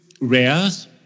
rares